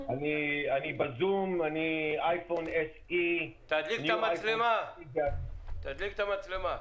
אני בזום, אייפון SE. תדליק את המצלמה.